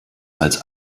als